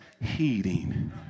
heating